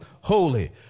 holy